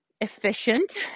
efficient